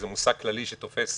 זה מושג כללי שתופס